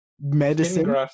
medicine